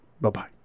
Bye-bye